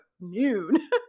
noon